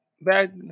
back